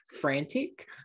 frantic